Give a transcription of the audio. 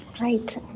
right